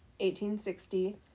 1860